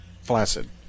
flaccid